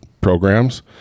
programs